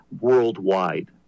worldwide